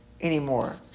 anymore